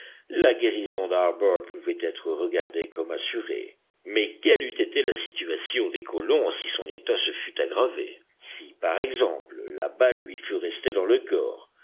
la guérison d'harbert pouvait être regardée comme assurée mais quelle eût été la situation des colons si son état se fût aggravé si par exemple la balle lui fût restée dans le corps